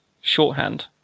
shorthand